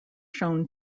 shown